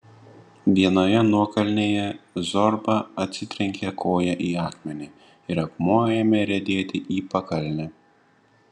vienoje nuokalnėje zorba atsitrenkė koja į akmenį ir akmuo ėmė riedėti į pakalnę